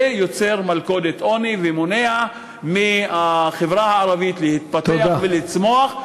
זה יוצר מלכודת עוני ומונע מהחברה הערבית להתפתח ולצמוח,